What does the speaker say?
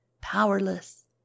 powerless